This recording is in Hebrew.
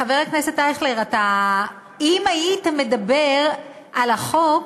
חבר הכנסת אייכלר, אם היית מדבר על החוק,